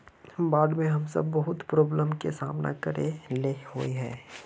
बाढ में हम सब बहुत प्रॉब्लम के सामना करे ले होय है?